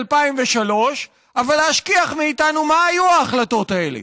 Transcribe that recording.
2003 אבל להשכיח מאיתנו מה היו ההחלטות האלה,